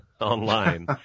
online